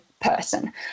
person